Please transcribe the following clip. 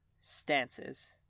stances